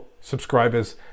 subscribers